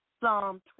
Psalm